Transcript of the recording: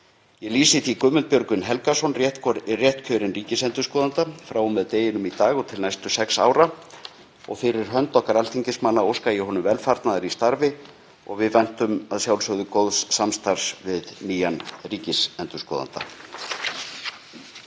Ég lýsi því Guðmund Björgvin Helgason réttkjörinn ríkisendurskoðanda frá og með deginum í dag og til næstu sex ára. Fyrir hönd okkar alþingismanna óska ég honum velfarnaðar í starfi og við væntum að sjálfsögðu góðs samstarfs við nýjan ríkisendurskoðanda.